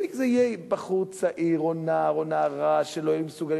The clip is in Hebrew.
זה יהיה בחור צעיר או נער או נערה שלא יהיו מסוגלים